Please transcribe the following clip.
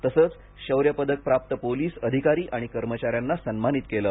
तसंच शौयपदक प्राप्त पोलीस अधिकारी आणि कर्मचाऱ्यांना सन्मानित केलं